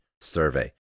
survey